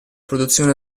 produzione